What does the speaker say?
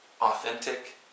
authentic